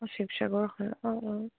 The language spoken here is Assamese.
অঁ শিৱসাগৰ হয় অঁ অঁ